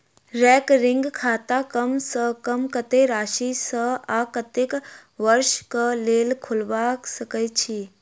recurring खाता कम सँ कम कत्तेक राशि सऽ आ कत्तेक वर्ष कऽ लेल खोलबा सकय छी